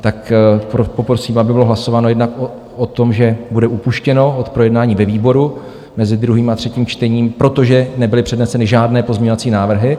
Tak poprosím, aby bylo hlasováno jednak o tom, že bude upuštěno od projednání ve výboru mezi druhým a třetím čtením, protože nebyly předneseny žádné pozměňovací návrhy.